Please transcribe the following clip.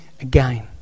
again